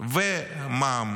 ומע"מ